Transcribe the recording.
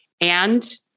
and-